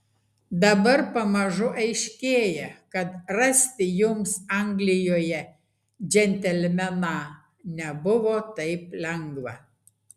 dabar pamažu aiškėja kad rasti jums anglijoje džentelmeną nebuvo taip lengva